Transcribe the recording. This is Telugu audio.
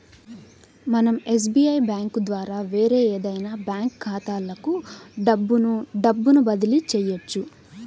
మనం ఎస్బీఐ బ్యేంకు ద్వారా వేరే ఏదైనా బ్యాంక్ ఖాతాలకు డబ్బును డబ్బును బదిలీ చెయ్యొచ్చు